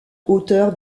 hauteur